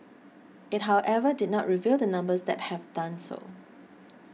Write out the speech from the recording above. it however did not reveal the numbers that have done so